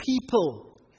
people